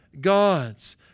gods